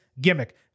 gimmick